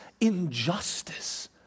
injustice